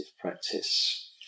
practice